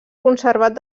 conservat